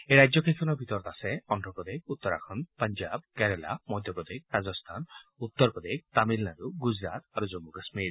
এই ৰাজ্যকেইখনৰ ভিতৰত আছে অন্ধ্ৰপ্ৰদেশ উত্তৰাখণ্ড পাঞ্জাৱ কেৰালা মধ্যপ্ৰদেশ ৰাজস্থান উত্তৰ প্ৰদেশ তামিলনাডু গুজৰাট আৰু জন্মু কাশ্মীৰ